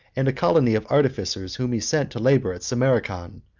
and a colony of artificers, whom he sent to labor at samarcand,